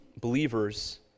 Believers